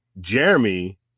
Jeremy